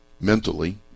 mentally